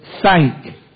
THANK